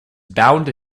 bound